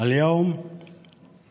(אומר דברים בשפה הערבית,